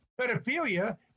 pedophilia